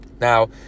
Now